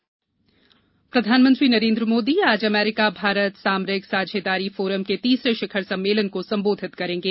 प्रधानमंत्री संबोधन प्रधानमंत्री नरेन्द्र मोदी आज अमरीका भारत सामरिक साझेदारी फोरम के तीसरे शिखर सम्मेलन को संबोधित करेंगे